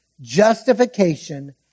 Justification